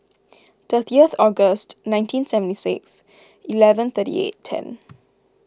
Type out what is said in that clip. thirtieth August nineteen seventy six eleven thirty eight ten